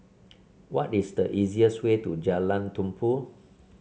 what is the easiest way to Jalan Tumpu